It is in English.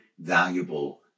valuable